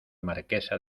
marquesa